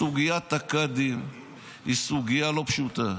סוגיית הקאדים היא סוגיה לא פשוטה.